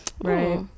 Right